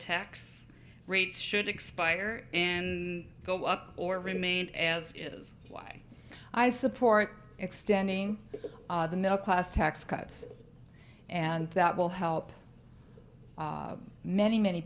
tax rates should expire and go up or remained as is what i support extending the middle class tax cuts and that will help many many